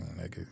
nigga